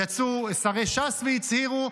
יצאו שרי ש"ס והצהירו,